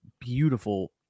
beautiful